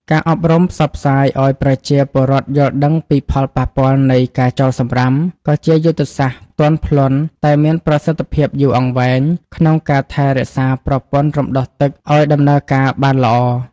ការអប់រំផ្សព្វផ្សាយឱ្យប្រជាពលរដ្ឋយល់ដឹងពីផលប៉ះពាល់នៃការចោលសំរាម ក៏ជាយុទ្ធសាស្ត្រទន់ភ្លន់តែមានប្រសិទ្ធភាពយូរអង្វែង ក្នុងការថែរក្សាប្រព័ន្ធរំដោះទឹកឱ្យដំណើរការបានល្អ។